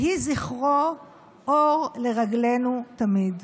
יהי זכרו אור לרגלינו תמיד.